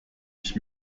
ich